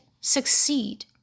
succeed